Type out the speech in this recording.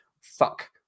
fuck